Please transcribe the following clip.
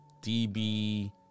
DB